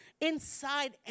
inside